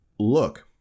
Look